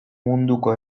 munduko